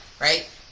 right